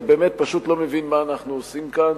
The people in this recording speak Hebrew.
באמת פשוט לא מבין מה אנחנו עושים כאן,